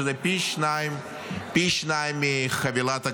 שזה פי שניים מחבילת הגזרות.